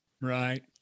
Right